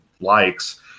likes